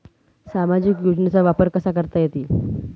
सामाजिक योजनेचा वापर कसा करता येईल?